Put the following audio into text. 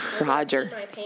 Roger